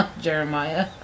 Jeremiah